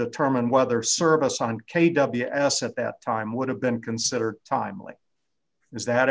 determine whether service on k w a s at that time would have been considered timely is that